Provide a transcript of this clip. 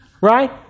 Right